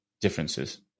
differences